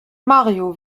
mario